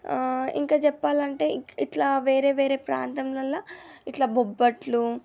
ఇంకా చెప్పాలంటే ఇట్లా వేరే వేరే ప్రాంతంలల ఇట్లా బొబ్బట్లు